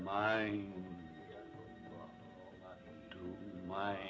my my